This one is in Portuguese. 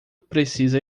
precisa